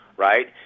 right